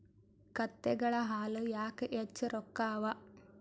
ಕತ್ತೆಗಳ ಹಾಲ ಯಾಕ ಹೆಚ್ಚ ರೊಕ್ಕ ಅವಾ?